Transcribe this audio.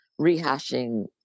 rehashing